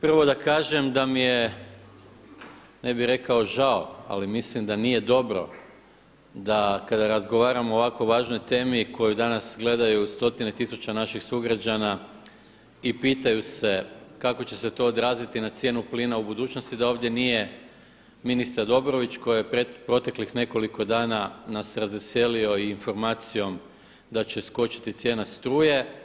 Prvo da kažem da mi je ne bih rekao žao, ali mislim da nije dobro da kada razgovaramo o ovako važnoj temi koju danas gledaju stotine tisuća naših sugrađana i pitaju se kako će se to odraziti na cijenu plina u budućnosti da ovdje nije ministar Dobrović koji je proteklih nekoliko dana nas razveselio i informacijom da će skočiti cijena struje.